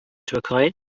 türkei